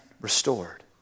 restored